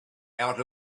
out